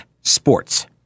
sports